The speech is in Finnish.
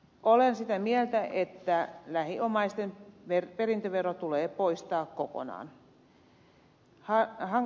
olen sitä mieltä että lähiomaisten perintövero tulee poistaa kokonaan